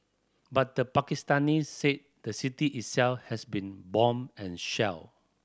but the Pakistanis said the city itself has been bombed and shelled